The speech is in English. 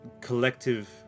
collective